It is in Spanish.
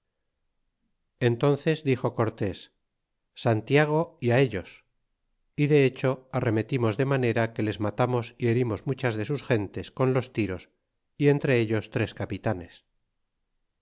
enunces dixo cortés santiago y ellos y de hecho arremetimos de manera que les matamos y herimos muchas de sus gentes con los tiros y entre ellos tres capitanes